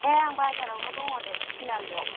दे आं बाजारावनो दं दे थिनालियाव